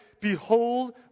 Behold